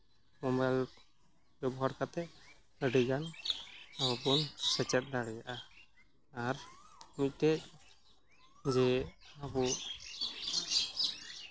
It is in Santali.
ᱢᱳᱵᱟᱭᱤᱞ ᱵᱮᱵᱚᱦᱟᱨ ᱠᱟᱛᱮᱫ ᱟᱹᱰᱤᱜᱟᱱ ᱵᱚᱱ ᱥᱮᱪᱮᱫ ᱫᱟᱲᱮᱭᱟᱜᱼᱟ ᱟᱨ ᱢᱤᱫᱴᱮᱡ ᱡᱮ ᱟᱵᱚ